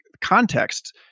context